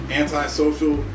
antisocial